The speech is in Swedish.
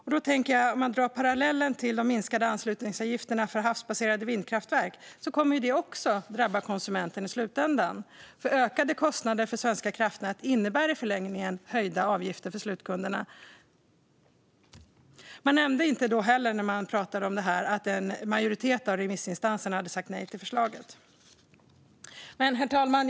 Om man drar en parallell till de minskade anslutningsavgifterna för havsbaserade vindkraftverk ser man att det också kommer att drabba konsumenten i slutändan. Ökade kostnader för Svenska kraftnät innebär i förlängningen höjda avgifter för slutkunderna. När man pratade om detta nämnde man inte att en majoritet av remissinstanserna sa nej till förslaget. Herr talman!